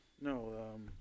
No